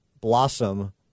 blossom